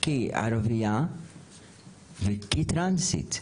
כי ערבייה וכי טרנסית,